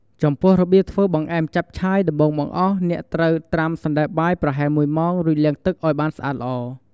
ចំពោះ របៀបធ្វើបង្អែមចាប់ឆាយ ដំបូងបង្អស់ អ្នកត្រូវ ត្រាំសណ្ដែកបាយ ប្រហែល ១ ម៉ោង រួចលាងទឹកឱ្យបានស្អាតល្អ។